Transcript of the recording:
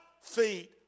feet